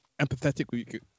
empathetic